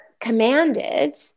commanded